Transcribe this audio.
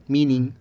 Meaning